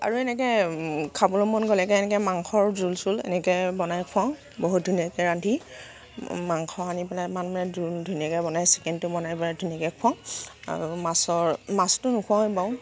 আৰু এনেকৈ খাবলৈ মন গ'লে এনেকৈ এনেকৈ মাংসৰ জোল চোল এনেকৈ বনাই খুৱাওঁ বহুত ধুনীয়াকৈ ৰান্ধি মাংস আনি পেলাই মানে ধুনীয়াকৈ বনাই চিকেনটো বনাই বনাই ধুনীয়াকৈ খুৱাওঁ আৰু মাছৰ মাছটো নুখুৱাওঁৱে বাৰু